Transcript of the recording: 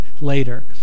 later